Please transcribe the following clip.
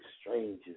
strangers